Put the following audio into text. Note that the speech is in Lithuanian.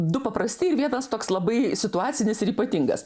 du paprasti ir vienas toks labai situacinis ir ypatingas